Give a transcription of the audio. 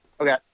Okay